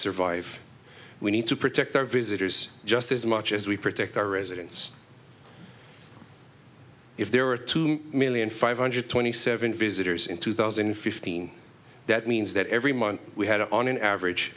survive we need to protect our visitors just as much as we protect our residents if there are two million five hundred twenty seven visitors in two thousand and fifteen that means that every month we had on an average